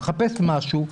הוא מחפש משהו.